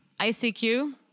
ICQ